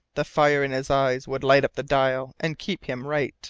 the fire in his eyes would light up the dial and keep him right